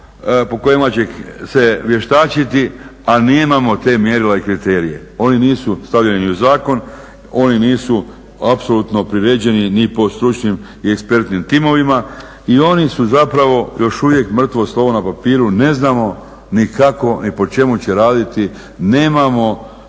po kojima će se vještačiti, a nemamo ta mjerila i kriterije. Oni nisu stavljeni ni u zakon, oni nisu apsolutno priređeni ni po stručnim i ekspertnim timovima i oni su zapravo još uvijek mrtvo slovo na papiru. Ne znamo ni kako, ni po čemu će raditi. Nemamo